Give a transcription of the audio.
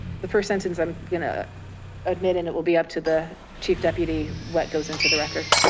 the first sentence i'm gonna admit and it will be up to the chief deputy what goes into the record.